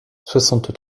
soixante